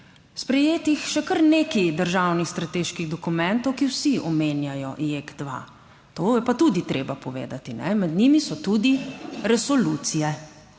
sprejetih še kar nekaj državnih strateških dokumentov, ki vsi omenjajo JEK2, to je pa tudi treba povedati, med njimi so tudi resolucije